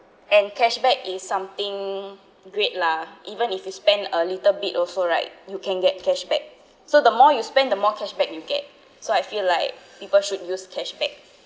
and cashback is something great lah even if you spend a little bit also right you can get cashback so the more you spend the more cashback you get so I feel like people should use cashback